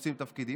שמחפשים תפקידים.